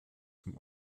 dem